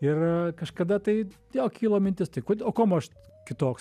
ir a kažkada tai jo kilo mintis tai kodė o kuom aš kitoks